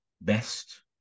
best